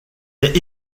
est